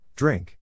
Drink